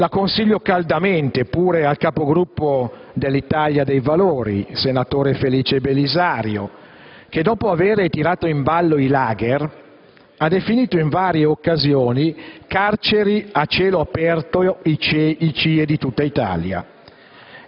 Lo consiglio caldamente pure al capogruppo dell'Italia dei Valori, senatore Felice Belisario, che, dopo avere tirato in ballo i *lager*, ha definito in varie occasioni carceri a cielo aperto i CIE di tutta Italia.